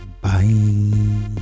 bye